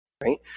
Right